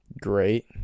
Great